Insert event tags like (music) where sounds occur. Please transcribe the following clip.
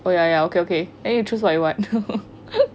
oh ya ya okay okay then you choose like what (laughs)